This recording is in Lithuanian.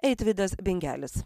eitvydas bingelis